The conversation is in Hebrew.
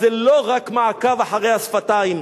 אז לא רק מעקב אחרי השפתיים,